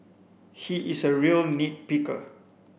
he is a real nit picker